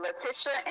Letitia